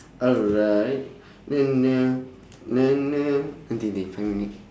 alright five minute